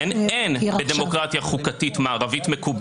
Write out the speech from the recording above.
מנהליזציה של האסיפה המכוננת.